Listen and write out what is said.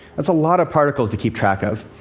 that's a lot of particles to keep track of.